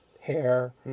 hair